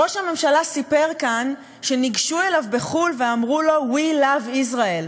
ראש הממשלה סיפר כאן שניגשו אליו בחו"ל ואמרו לו "we love Israel".